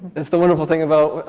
it's the wonderful thing about